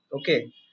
okay